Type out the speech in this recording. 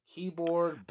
Keyboard